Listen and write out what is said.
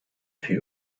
für